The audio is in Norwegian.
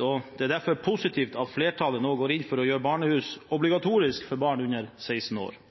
og det er derfor positivt at flertallet nå går inn for å gjøre barnehus obligatorisk for